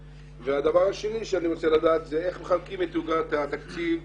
הדבר השני שאני רוצה לדעת זה איך מחלקים את עוגת התקציב